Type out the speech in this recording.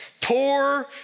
Poor